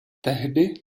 tehdy